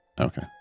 Okay